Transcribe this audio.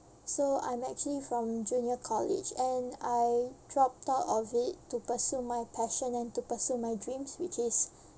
so I'm actually from junior college and I dropped out of it to pursue my passion and to pursue my dreams which is